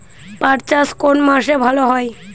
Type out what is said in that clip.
পাট চাষ কোন মাসে ভালো হয়?